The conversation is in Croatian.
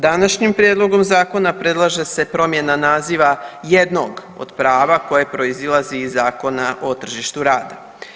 Današnjim prijedlogom zakona predlaže se promjena naziva jednog od prava koje proizilazi iz Zakona o tržištu rada.